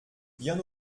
bien